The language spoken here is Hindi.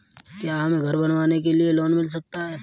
क्या हमें घर बनवाने के लिए लोन मिल सकता है?